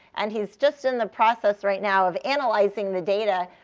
and he's just in the process right now of analyzing the data,